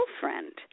girlfriend